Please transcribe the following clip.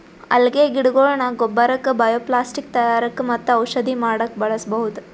ಅಲ್ಗೆ ಗಿಡಗೊಳ್ನ ಗೊಬ್ಬರಕ್ಕ್ ಬಯೊಪ್ಲಾಸ್ಟಿಕ್ ತಯಾರಕ್ಕ್ ಮತ್ತ್ ಔಷಧಿ ಮಾಡಕ್ಕ್ ಬಳಸ್ಬಹುದ್